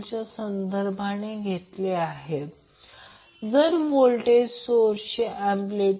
त्याचप्रमाणे उदाहरण 2 या प्रकरणात ZLR j XL सह उदाहरण 1 ची पुनरावृत्ती करा